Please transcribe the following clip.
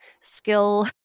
skill